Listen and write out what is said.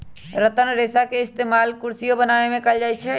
रतन रेशा के इस्तेमाल कुरसियो बनावे में कएल जाई छई